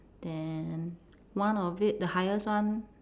then one of it the highest one